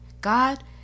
God